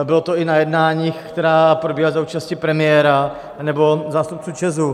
Bylo to i na jednáních, která probíhala za účasti premiéra nebo zástupců ČEZu.